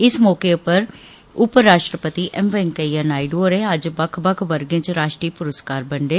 इस मौके पर उप राष्ट्रपति एम वैंकेया नायडू होरें अज्ज बक्ख बक्ख वर्गें च राष्ट्रीय पुरस्कार दिते